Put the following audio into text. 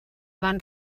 van